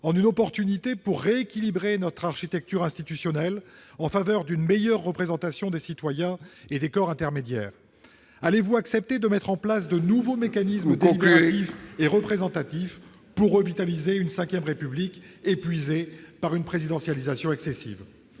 en une opportunité pour rééquilibrer notre architecture institutionnelle en faveur d'une meilleure représentation des citoyens et des corps intermédiaires ? Allez-vous accepter de mettre en place de nouveaux mécanismes délibératifs ... Il faut conclure !... et représentatifs pour revitaliser une V République épuisée par une présidentialisation excessive ?